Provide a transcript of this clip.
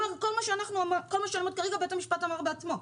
כל מה שנאמר כרגע, בית המשפט אמר בעצמו,